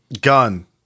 Gun